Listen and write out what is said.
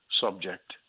subject